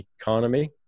economy